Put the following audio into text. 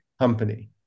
company